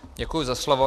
Děkuji za slovo.